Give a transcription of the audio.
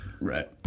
right